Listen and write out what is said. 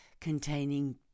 containing